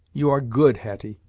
you are good, hetty,